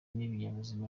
n’ibinyabuzima